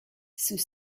ceux